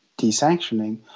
desanctioning